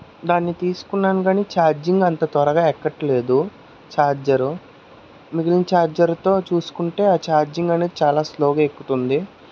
దాన్ని తీసుకున్నాను గాని ఛార్జింగ్ అంత త్వరగా ఎక్కట్లేదు ఛార్జరు మిగిలిన ఛార్జర్తో చూసుకుంటే ఆ ఛార్జింగ్ అనేది చాలా స్లోగా ఎక్కుతుంది